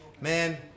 Man